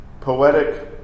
poetic